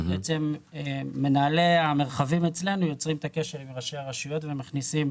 בעצם מנהלי המרחבים אצלנו יוצרים את הקשר עם ראשי הרשויות ומכניסים